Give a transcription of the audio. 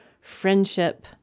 friendship